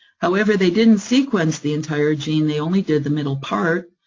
however, they didn't sequence the entire gene, they only did the middle part,